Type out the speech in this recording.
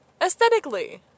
Aesthetically